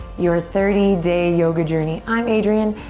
your thirty day yoga journey. i'm adriene,